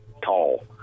tall